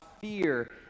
fear